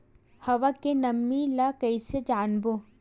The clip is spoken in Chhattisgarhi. हवा के नमी ल कइसे जानबो?